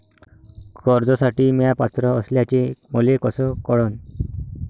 कर्जसाठी म्या पात्र असल्याचे मले कस कळन?